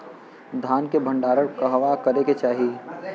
धान के भण्डारण कहवा करे के चाही?